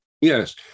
Yes